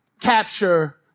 capture